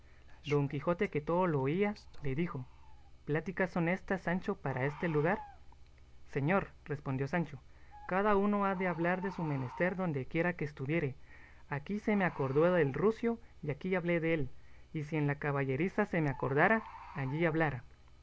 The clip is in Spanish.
don quijote que todo lo oía le dijo pláticas son éstas sancho para este lugar señor respondió sancho cada uno ha de hablar de su menester dondequiera que estuviere aquí se me acordó del rucio y aquí hablé dél y si en la caballeriza se me acordara allí hablara